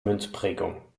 münzprägung